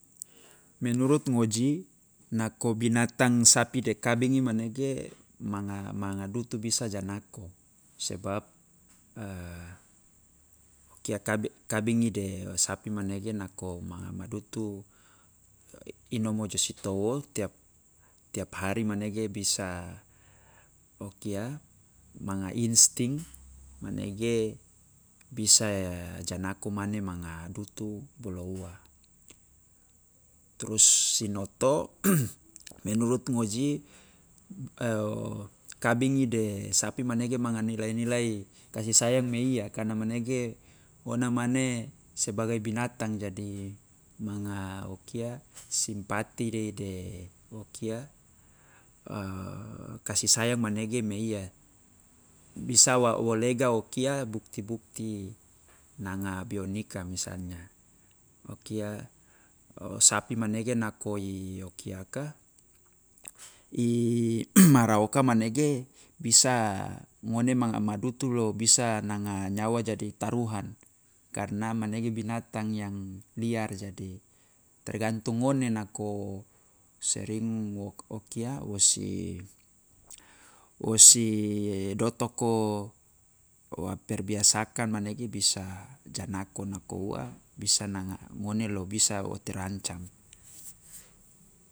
Menurut ngoji, nako binatang sapi de kabingi manege manga manga dutu bisa ja nako, sebab o kia kabi kabingi de o sapi manege nako madutu inomo jo sitowo tiap hari manege bisa o kia manga insting manege bisa ya ja nako mane manga madutu bolo ua. Trus sinoto, menurut ngoji kabingi de sapi manege manga nilai nilai kasih sayang meiya, karena manege ona mane sebagai binatang jadi manga o kia simpati dei de o kia kasih sayang manege meiya, bisa wo lega o kia bukti bukti nanga bionika, misalnya o kia sapi manege nako i o kia ka i maraoka manege bisa ngone ma madutu lo bisa nanga nyawa jadi taruhan, karena manege binatang yang liar jadi tergantung ngone nako sering wo o kia wo si wo si dotoko wo perbiasakan manege bisa janako nako ua bisa nanga ngone lo bisa wo terancam.